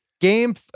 game